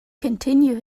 continue